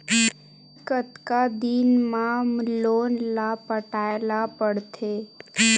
कतका दिन मा लोन ला पटाय ला पढ़ते?